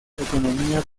economía